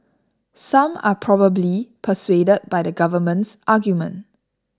some are probably persuaded by the government's argument